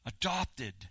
adopted